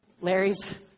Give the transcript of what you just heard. Larry's